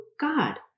God